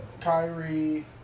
Kyrie